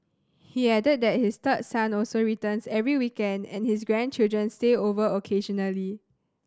he added that his third son also returns every weekend and his grandchildren stay over occasionally